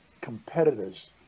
competitors